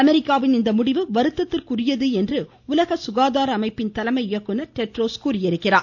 அமெரிக்காவின் இந்த முடிவு வருத்தத்திற்கு உரியது என்று உலக சுகாதார அமைப்பின் தலைமை இயக்குனர் டெட்ரோஸ் தெரிவித்துள்ளார்